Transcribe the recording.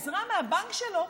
עסקה מהבנק שלו,